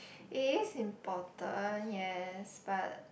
it is important yes but